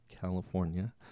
California